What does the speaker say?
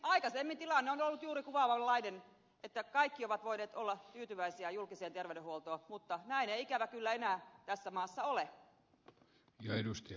aikaisemmin tilanne on ollut juuri kuvatunlainen että kaikki ovat voineet olla tyytyväisiä julkiseen terveydenhuoltoon mutta näin ei ikävä kyllä enää tässä maassa ole